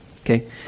Okay